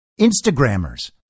Instagrammers